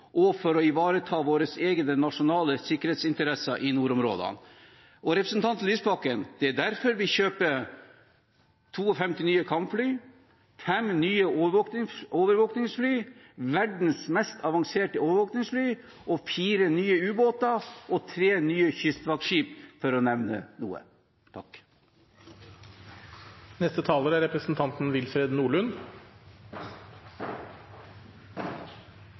og for å ivareta våre egne nasjonale sikkerhetsinteresser i nordområdene. Til representanten Lysbakken: Det er derfor vi kjøper 52 nye kampfly, fem nye overvåkningsfly – verdens mest avanserte overvåkningsfly – fire nye ubåter og tre nye kystvaktskip, for å nevne noe.